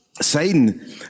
Satan